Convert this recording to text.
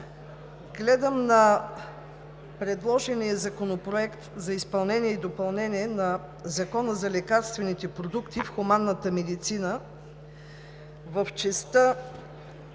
Гледам на предложения Законопроект за изменение и допълнение на Закона за лекарствените продукти в хуманната медицина в частта